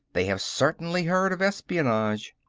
they have certainly heard of espionage.